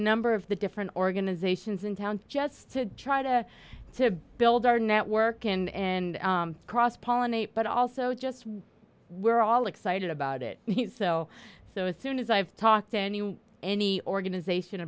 number of the different organizations in town just to try to to build our network and cross pollinate but also just we're all excited about it so as soon as i've talked to any organization